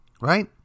Right